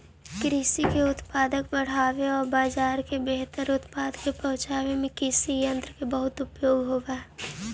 कृषि के उत्पादक बढ़ावे औउर बाजार में बेहतर उत्पाद के पहुँचावे में कृषियन्त्र के बहुत उपयोग होवऽ हई